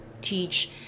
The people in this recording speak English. teach